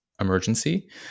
emergency